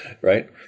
Right